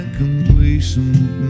complacent